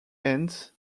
hands